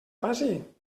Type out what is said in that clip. passi